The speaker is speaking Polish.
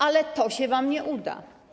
Ale to się wam nie uda.